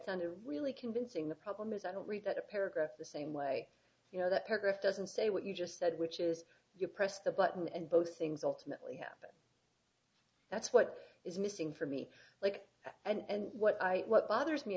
a really convincing the problem is i don't read that a paragraph the same way you know that paragraph doesn't say what you just said which is you press the button and both things ultimately happen that's what is missing for me like and what i what bothers me